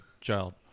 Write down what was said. child